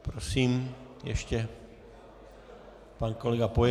Prosím, ještě pan kolega Pojezný.